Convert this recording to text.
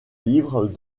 livres